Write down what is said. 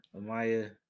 amaya